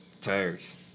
Tires